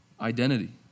identity